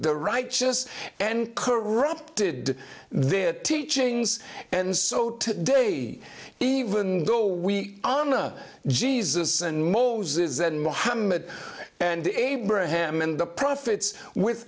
the righteous and corrupted their teachings and so today even though we know jesus and moses and mohammed and abraham and the prophets with